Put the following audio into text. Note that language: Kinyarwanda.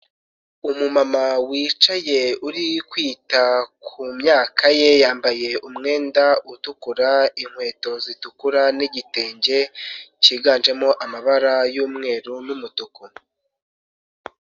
Umu mama wicaye uri kwita ku myaka ye. Yambaye umwenda utukura, inkweto z'itukura n'igitenge kiganjemo amabara y'umweru n'umutuku.